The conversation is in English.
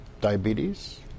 diabetes